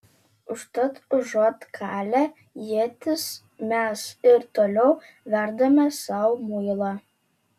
užtat užuot kalę ietis mes ir toliau verdame sau muilą